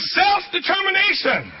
self-determination